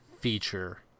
feature